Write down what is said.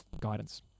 guidance